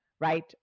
right